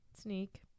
Sneak